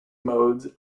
modes